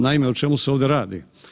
Naime, o čemu se ovdje radi.